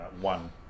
one